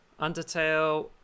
Undertale